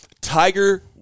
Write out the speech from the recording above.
Tiger